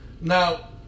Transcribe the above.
Now